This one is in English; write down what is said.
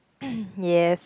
yes